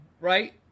right